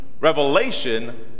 revelation